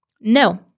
no